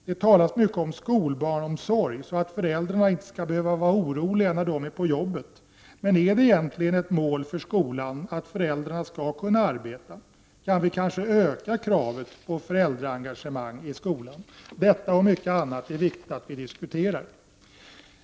Det talas mycket om skolbarnomsorg, så att föräldrarna inte skall behöva vara oroliga när de är på jobbet. Är det egentligen ett mål för skolan att föräldrarna skall kunna arbeta? Kan vi kanske öka kravet på föräldraengagemang i skolan? Detta och mycket annat är viktigt att diskutera.